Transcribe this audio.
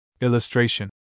Illustration